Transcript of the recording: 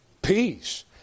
peace